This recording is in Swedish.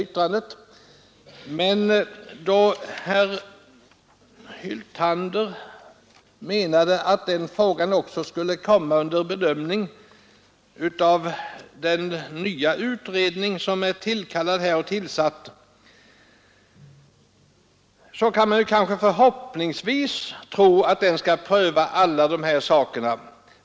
Herr Hyltander menar att frågan skulle komma under bedömning av den nya utredning som är tillsatt, och man kan kanske hoppas på att den skall pröva alla dessa saker.